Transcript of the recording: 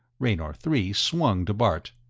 raynor three swung to bart.